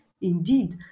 Indeed